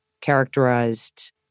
characterized